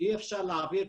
איך אתם מודיעים?